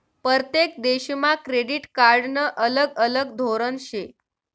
परतेक देशमा क्रेडिट कार्डनं अलग अलग धोरन शे